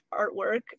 artwork